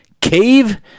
cave